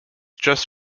just